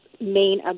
main